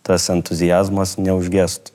tas entuziazmas neužgęstų